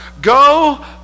Go